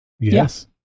Yes